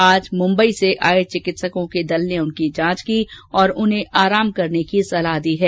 आज मुम्बई से आए चिकित्सकों के दल ने उनकी जांच की और उन्हें आराम करने की सलाह दी है